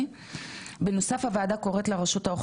להנגיש את האזור האישי לשפות נוספות,